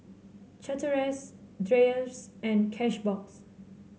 Chateraise Dreyers and Cashbox